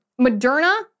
Moderna